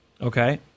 Okay